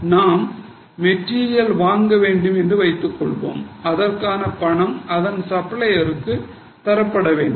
நாம் மெட்டீரியல் வாங்க வேண்டும் என்று வைத்துக்கொள்வோம் அதற்கான பணம் அந்த சப்ளையருக்கு தரப்பட வேண்டும்